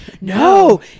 no